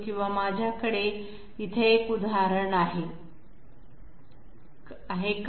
किंवा माझ्याकडे इथे उदाहरण आहे का